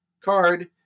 card